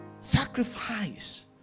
Sacrifice